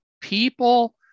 people